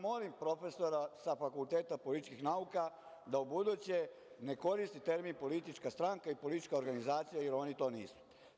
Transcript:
Molim profesora sa Fakulteta političkih nauka da ubuduće ne koristi termin politička stranka i politička organizacija, jer oni to nisu.